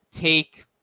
take